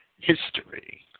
history